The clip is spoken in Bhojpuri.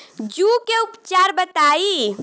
जूं के उपचार बताई?